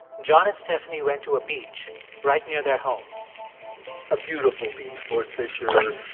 john and stephanie went to a beach right near their home a beautiful beach fort fisher.